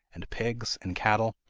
and pigs, and cattle.